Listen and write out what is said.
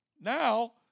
Now